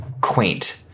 quaint